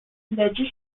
legislation